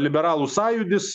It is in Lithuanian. liberalų sąjūdis